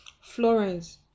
florence